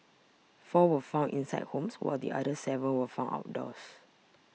four were found inside homes while the other seven were found outdoors